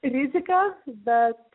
rizika bet